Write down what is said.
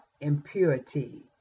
impurity